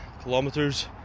kilometers